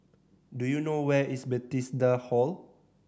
do you know where is Bethesda Hall